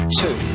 two